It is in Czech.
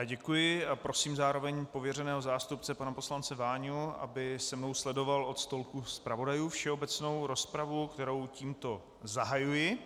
Děkuji a prosím zároveň pověřeného zástupce pana poslance Váňu, aby se mnou sledoval od stolku zpravodajů všeobecnou rozpravu, kterou tímto zahajuji.